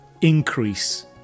increase